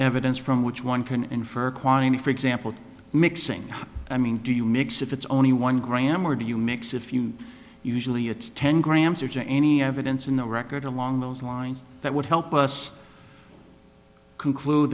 evidence from which one can infer quantity for example mixing i mean do you mix if it's only one gram or do you mix a few usually it's ten grams or any evidence in the record along those lines that would help us conclude